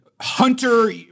hunter